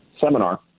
seminar